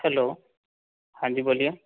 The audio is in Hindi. हैलो हाँ जी बोलिए